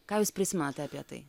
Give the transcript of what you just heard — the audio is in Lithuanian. ką jūs prisimenate apie tai